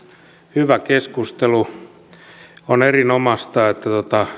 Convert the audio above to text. hyvä keskustelu on erinomaista että